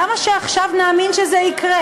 למה נאמין עכשיו שזה יקרה?